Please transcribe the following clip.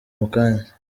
mukanya